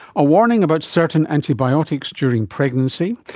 a warning about certain antibiotics during pregnancy.